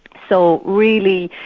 so really,